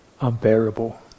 unbearable